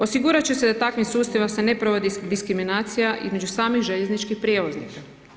Osigurat će se da takvim sustavom se ne provodi diskriminacija između samih željezničkih prijevoznika.